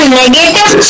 negative